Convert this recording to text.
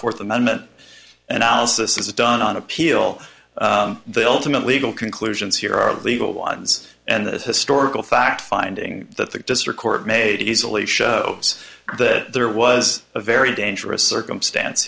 fourth amendment analysis is done on appeal the ultimate legal conclusions here are legal ones and the historical fact finding that the district court made easily show us that there was a very dangerous circumstance